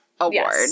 award